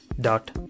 dot